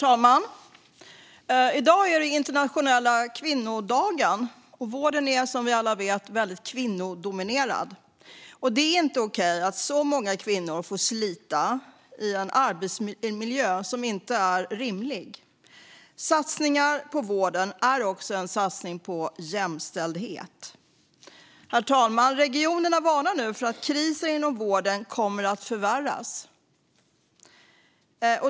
Herr talman! I dag är det internationella kvinnodagen. Och vården är, som vi alla vet, väldigt kvinnodominerad. Det är inte okej att så många kvinnor får slita i en arbetsmiljö som inte är rimlig. Satsningar på vården är också en satsning på jämställdhet. Herr talman! Regionerna varnar nu för att krisen inom vården kommer att förvärras.